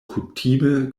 kutime